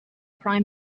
prime